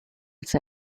its